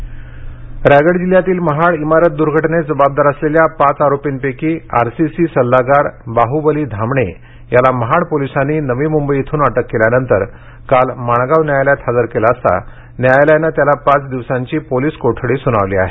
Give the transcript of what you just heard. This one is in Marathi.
महाड दुर्घटना रायगड जिल्ह्यातील महाड इमारत दूर्घटनेस जबाबदार असलेल्या पाच आरोपींपैकी आरसीसी सल्लागार बाहुबली धामणे याला महाड पोलिसांनी नवी मुंबई येथून अटक केल्यानंतर काल माणगाव न्यायालयात हजर केले असता न्यायालयाने त्याला पाच दिवसांची पोलीस कोठडी ठोठावली आहे